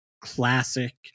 classic